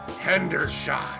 Hendershot